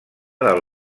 del